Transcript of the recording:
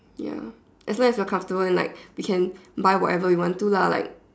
ya as long as you are comfortable and like we buy whatever you want to lah like